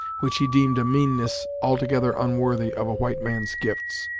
which he deemed a meanness altogether unworthy of a white man's gifts.